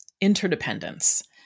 interdependence